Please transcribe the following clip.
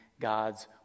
God's